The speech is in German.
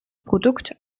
produkt